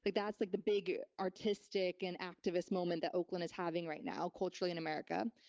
like that's like the big artistic and activist moment that oakland is having right now, culturally in america.